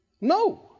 No